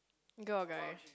girl or guy